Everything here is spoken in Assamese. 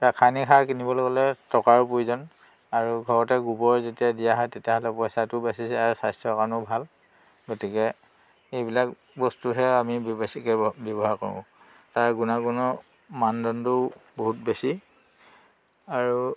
ৰাসায়নিক সাৰ কিনিবলৈ গ'লে টকাৰো প্ৰয়োজন আৰু ঘৰতে গোবৰ যেতিয়া দিয়া হয় তেতিয়াহ'লে পইচাটোও বাছি যায় আৰু স্বাস্থ্যৰ কাৰণেও ভাল গতিকে এইবিলাক বস্তুহে আমি বেছিকৈ ব্যৱহাৰ কৰোঁ তাৰ গুণাগুণৰ মানদণ্ডও বহুত বেছি আৰু